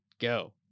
go